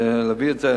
להביא את זה,